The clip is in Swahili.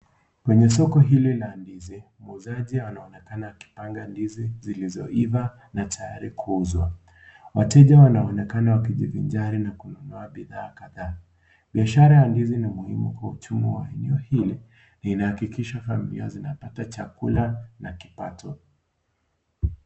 Kwenye soko hili la ndizi muuzaji aanaonekana akipanga ndizi zilizoiva na ziko tayari kuuzwa wateja wanaonekana wakijivinjari na kununua bidhaa kadhaa biashara ya ndizi eneo hili inaakikisha wanapata chakula na kipato.